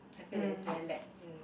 I feel like it's very lack in